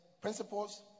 Principles